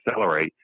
accelerate